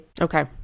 Okay